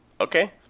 Okay